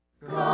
God